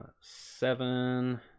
Seven